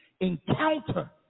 encounter